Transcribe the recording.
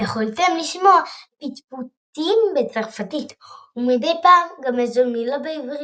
יכלתם לשמע פטפוטים בצרפתית ומדי פעם גם איזו מלה בעברית.